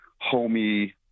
homey